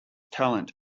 talent